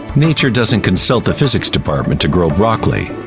nature doesn't consult the physics department to grow broccoli.